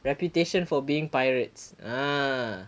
reputation for being pirates ah